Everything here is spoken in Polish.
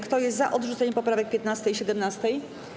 Kto jest za odrzuceniem poprawek 15. i 17.